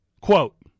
quote